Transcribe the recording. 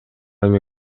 эми